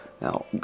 now